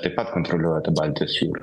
taip pat kontroliuoja tą baltijos jūrą